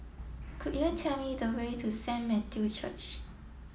could you tell me the way to Saint Matthew Church